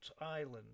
island